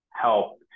help